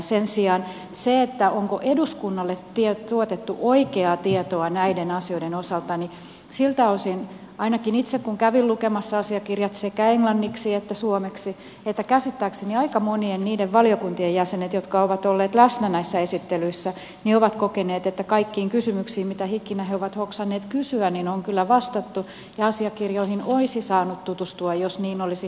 sen sijaan siltä osin onko eduskunnalle tuotettu oikeaa tietoa näiden asioiden osalta niin ainakin itse kävin lukemassa asiakirjat sekä englanniksi että suomeksi ja käsittääkseni aika monet niiden valiokuntien jäsenistä jotka ovat olleet läsnä näissä esittelyissä ovat kokeneet että kaikkiin kysymyksiin mitä ikinä he ovat hoksanneet kysyä on kyllä vastattu ja asiakirjoihin olisi saanut tutustua jos niin olisi halunnut tehdä